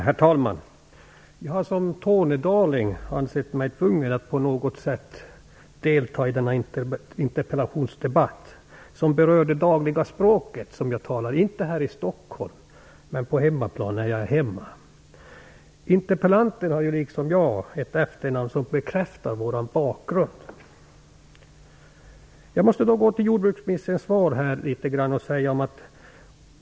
Herr talman! Jag har som tornedaling ansett mig tvungen att på något sätt delta i denna interpellationsdebatt, som berör det språk jag dagligen talar - inte här i Stockholm, men när jag är på min hemmaplan. Både interpellanten och jag har ju efternamn som bekräftar vår bakgrund. Jag går tillbaka litet till jordbruksministerns svar.